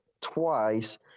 twice